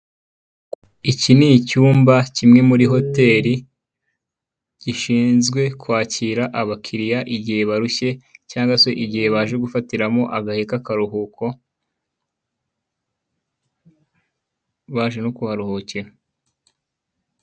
Iki ni icyumba kimwe muri hoteri, gishinzwe kwakira abakiriya igihe barushye cyangwa se igihe baje gufatiramo agahe k'akaruhuko, baje no kuharuhukira.